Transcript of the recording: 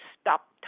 stop